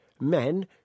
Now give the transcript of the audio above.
men